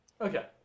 Okay